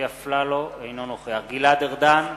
אינו נוכח גלעד ארדן,